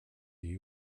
iyi